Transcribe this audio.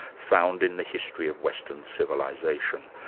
found in the history of western civilisation.